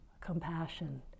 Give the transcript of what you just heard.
compassion